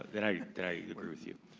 and i agree with you,